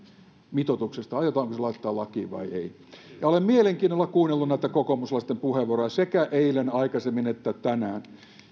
mitoituksesta laittaa lakiin vai ei ja olen mielenkiinnolla kuunnellut näitä kokoomuslaisten puheenvuoroja sekä aikaisemmin eilen että tänään